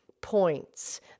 points